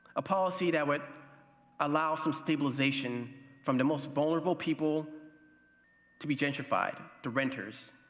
policy that would allow some stabilization from the most vulnerable people to be gentrified to renters.